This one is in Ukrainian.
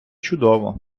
чудово